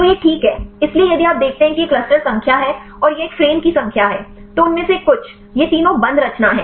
तो यह ठीक है इसलिए यदि आप देखते हैं कि यह क्लस्टर संख्या है और यह एक फ्रेम की संख्या है तो उनमें से कुछ ये तीनों बंद रचना हैं